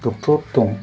doctor दं